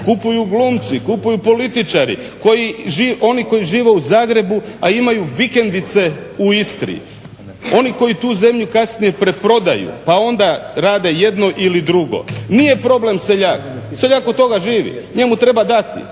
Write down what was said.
kupuju glumci, kupuju političari, oni koji žive u Zagrebu a imaju vikendice u Istri. Oni koji tu zemlju kasnije preprodaju, pa onda rade jedno ili drugo. Nije problem seljak, seljak od toga živi. Njemu treba dati.